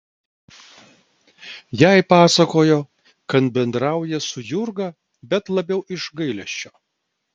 jai pasakojo kad bendrauja su jurga bet labiau iš gailesčio